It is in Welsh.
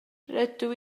rydw